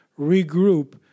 Regroup